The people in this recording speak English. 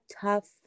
tough